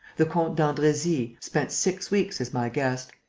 the comte d'andresy spent six weeks as my guest.